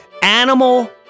Animal